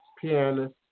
pianist